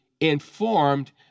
informed